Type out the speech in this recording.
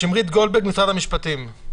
שמרית גולדברג, משרד המשפטים.